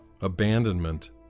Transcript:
abandonment